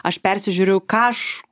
aš persižiūriu ką aš